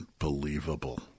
unbelievable